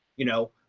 you know,